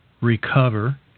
recover